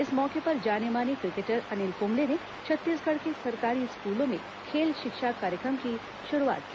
इस मौके पर जाने माने क्रिकेटर अनिल कुंबले ने छत्तीसगढ़ के सरकारी स्कूलों में खेल शिक्षा कार्यक्रम की शुरूआत की